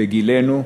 בגילנו,